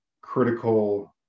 critical –